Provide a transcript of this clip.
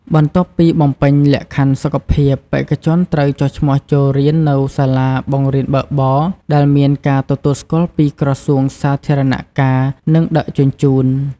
បន្ទាប់ពីបំពេញលក្ខខណ្ឌសុខភាព បេក្ខជនត្រូវចុះឈ្មោះចូលរៀននៅសាលាបង្រៀនបើកបរដែលមានការទទួលស្គាល់ពីក្រសួងសាធារណការ និងដឹកជញ្ជូន។